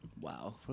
Wow